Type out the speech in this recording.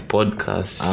Podcast